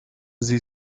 sie